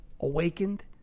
awakened